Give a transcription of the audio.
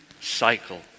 cycle